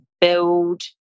build